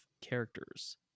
characters